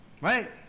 right